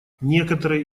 некоторые